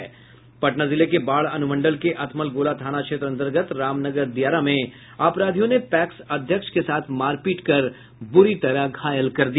पटना जिले के बाढ़ अनुमंडल के अथमलगोला थाना क्षेत्र अंतर्गत रामनगर दियारा में अपराधियो ने पैक्स अध्यक्ष के साथ मारपीट कर बुरी तरह घायल कर दिया